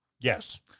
Yes